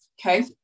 okay